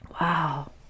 Wow